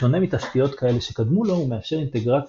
בשונה מתשתיות כאלה שקדמו לו הוא מאפשר אינטגרציה